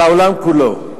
על העולם כולו.